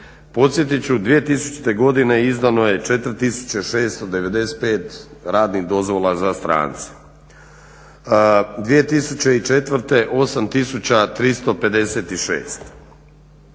Podsjetit ću 2000. godine izdano je 4695 radnih dozvola za strance. 2004. 8356.